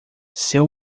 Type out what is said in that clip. seu